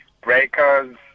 breakers